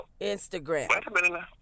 Instagram